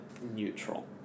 neutral